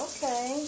Okay